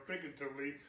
figuratively